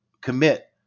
commit